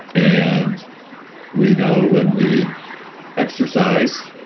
and we know when we exercise,